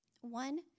One